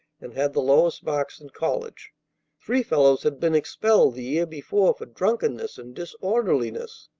and had the lowest marks in college three fellows had been expelled the year before for drunkenness and disorderliness.